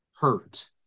hurt